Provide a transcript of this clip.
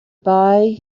buy